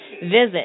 Visit